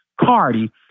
Cardi